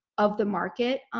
of the market.